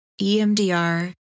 EMDR